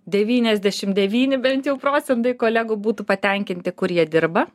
devyniasdešim devyni bent jau procentai kolegų būtų patenkinti kur jie dirba